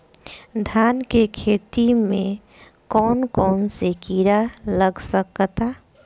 धान के खेती में कौन कौन से किड़ा लग सकता?